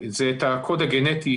זה את הקוד הגנטי